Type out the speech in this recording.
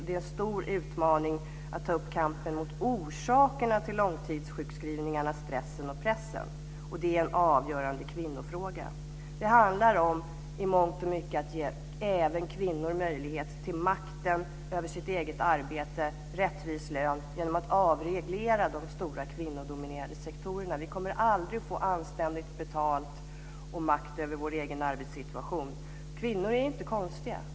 Det är en stor utmaning att ta upp kampen mot orsakerna till långtidssjukskrivningarna, stressen och pressen. De är en avgörande kvinnofråga. Det handlar i mångt och mycket om att ge även kvinnor möjlighet att ha makt över sitt eget arbete och att få en rättvis lön. Det handlar också om att avreglera de stora kvinnodominerade sektorerna. Annars kommer vi aldrig att få anständigt betalt och makt över vår egen arbetssituation. Kvinnor är inte konstiga.